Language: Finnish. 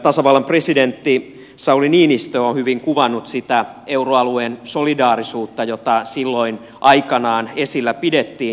tasavallan presidentti sauli niinistö on hyvin kuvannut sitä euroalueen solidaarisuutta jota silloin aikanaan esillä pidettiin